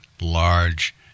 large